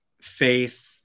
faith